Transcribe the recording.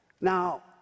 Now